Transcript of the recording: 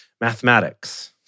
mathematics